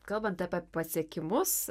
kalbant apie pasiekimus